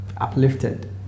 uplifted